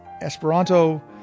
Esperanto